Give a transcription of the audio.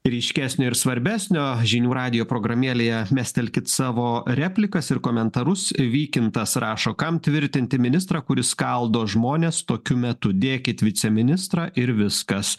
ryškesnio ir svarbesnio žinių radijo programėlėje mestelkit savo replikas ir komentarus vykintas rašo kam tvirtinti ministrą kuris skaldo žmones tokiu metu dėkit viceministrą ir viskas